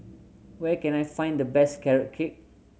where can I find the best Carrot Cake